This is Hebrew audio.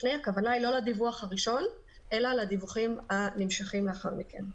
הכוונה היא לא לדיווח הראשון אלא לדיווחים הנמשכים לאחר מכן.